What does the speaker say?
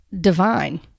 Divine